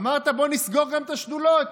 אמרת: בואו נסגור גם את השדולות.